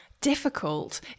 difficult